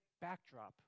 backdrop